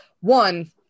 one